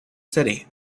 city